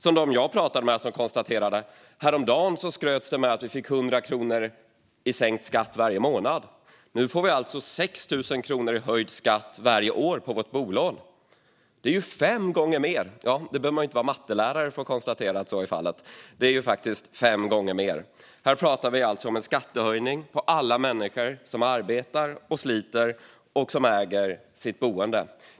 Som de jag pratade med konstaterade: Häromdagen skröts det med att vi fick 100 kronor i sänkt skatt varje månad. Nu får vi alltså 6 000 kronor i höjd skatt varje år på vårt bolån. Man behöver inte vara mattelärare för att konstatera att det är fem gånger mer. Här pratar vi alltså om en skattehöjning för alla människor som arbetar och sliter och som äger sitt boende.